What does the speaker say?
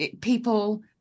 people